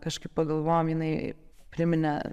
kažkaip pagalvojom jinai priminė